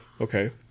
okay